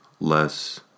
Less